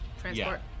Transport